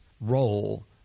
role